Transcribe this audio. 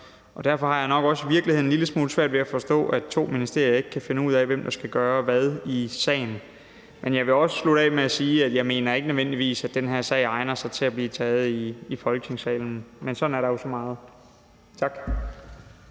Derfor har jeg i virkeligheden også en lille smule svært ved at forstå, at to ministerier ikke kan finde ud af, hvem der skal gøre hvad i sagen. Men jeg vil slutte af med at sige, at jeg ikke mener, at den her sag nødvendigvis egner sig til at blive taget i Folketingssalen. Men sådan er der jo så meget. Tak.